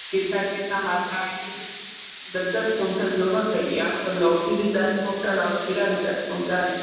कितना कितना मात्रा में च दस दस कुंटल दोनों चाहिए आपको लौकी भी दस कुंटल और खीरा भी दस कुंटल